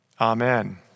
Amen